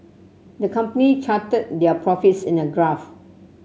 the company charted their profits in a graph